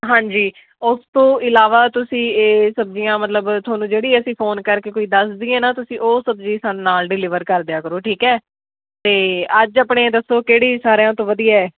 ਹਾਂਜੀ ਉਸ ਤੋਂ ਇਲਾਵਾ ਤੁਸੀਂ ਇਹ ਸਬਜ਼ੀਆਂ ਮਤਲਬ ਤੁਹਾਨੂੰ ਜਿਹੜੀ ਅਸੀਂ ਫੋਨ ਕਰਕੇ ਕੋਈ ਦੱਸ ਦਈਏ ਨਾ ਤੁਸੀਂ ਉਹ ਸਬਜ਼ੀ ਸਾਨੂੰ ਨਾਲ ਡਲੀਵਰ ਕਰ ਦਿਆ ਕਰੋ ਠੀਕ ਹੈ ਅਤੇ ਅੱਜ ਆਪਣੇ ਦੱਸੋ ਕਿਹੜੀ ਸਾਰਿਆਂ ਤੋਂ ਵਧੀਆ ਹੈ